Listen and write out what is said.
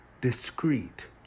Discreet